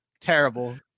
Terrible